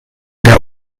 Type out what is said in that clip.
der